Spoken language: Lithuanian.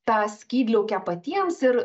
tą skydliaukę patiems ir